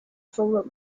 for